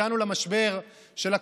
הגענו למשבר של הקורונה,